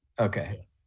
Okay